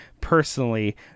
personally